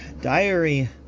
diary